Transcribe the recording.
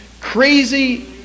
crazy